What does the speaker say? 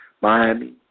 Miami